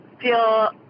feel